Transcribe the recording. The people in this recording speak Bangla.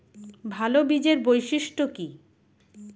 ভাল বীজের বৈশিষ্ট্য কী?